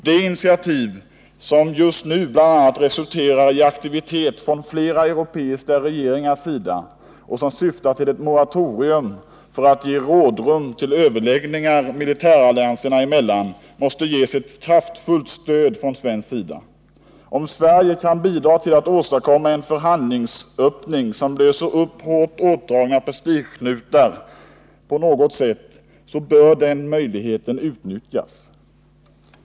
Det initiativ som just nu bl.a. resulterar i aktivitet från flera europeiska regeringars sida och som syftar till ett moratorium för att ge rådrum för överläggningar militärallianserna emellan måste ges ett kraftfullt stöd från svensk sida. Om Sverige kan bidra till att åstadkomma en förhandlingsöppning som löser upp hårt åtdragna prestigeknutar på något sätt, bör den möjligheten utnyttjas.